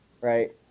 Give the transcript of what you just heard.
Right